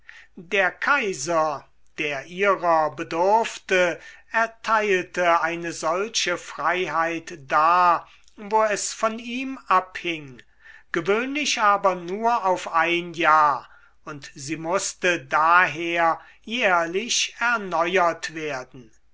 der kaiser der ihrer bedurfte erteilte eine solche freiheit da wo es von ihm abhing gewöhnlich aber nur auf ein jahr und sie mußte daher jährlich erneuert werden